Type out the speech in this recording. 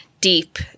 Deep